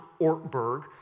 Ortberg